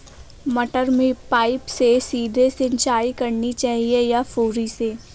मटर में पाइप से सीधे सिंचाई करनी चाहिए या फुहरी से?